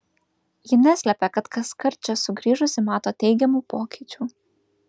ji neslepia kad kaskart čia sugrįžusi mato teigiamų pokyčių